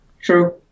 True